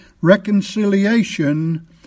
reconciliation